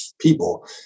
people